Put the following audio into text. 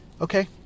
okay